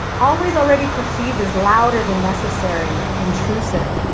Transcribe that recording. always already perceived as louder than necessary, intrusive.